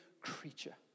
creature